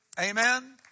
Amen